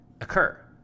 occur